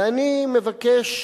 ואני מבקש